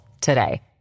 today